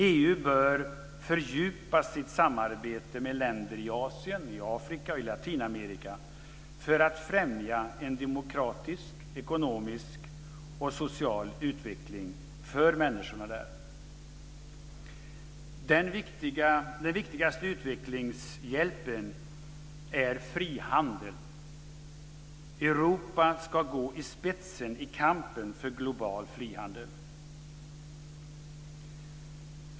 EU bör fördjupa sitt samarbete med länder i Asien, Afrika och Latinamerika för att främja en demokratisk, ekonomisk och social utveckling för människorna där. Den viktigaste utvecklingshjälpen är frihandel. Europa ska gå i spetsen i kampen för global frihandel.